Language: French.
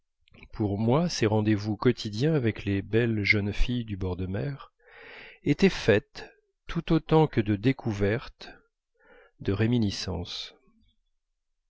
pour moi ces rendez-vous quotidiens avec les belles jeunes filles du bord de la mer était faite tout autant que de découvertes de réminiscence